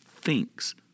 thinks